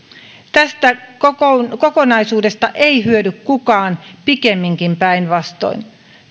tästä kokonaisuudesta ei hyödy kukaan pikemminkin päinvastoin